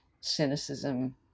cynicism